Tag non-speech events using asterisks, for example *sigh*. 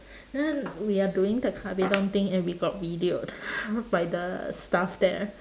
uh we are doing the kabedon thing and we got videoed *breath* by the staff there